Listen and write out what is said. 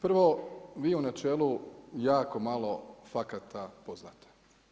Prvo, vi u načelu jako malo fakata poznajete.